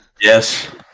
Yes